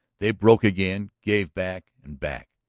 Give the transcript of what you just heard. they broke again, gave back and back.